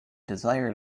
desire